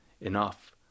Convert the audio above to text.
enough